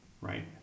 right